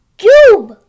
cube